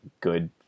good